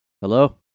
Hello